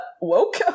woke